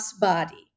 body